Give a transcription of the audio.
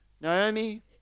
Naomi